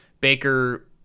Baker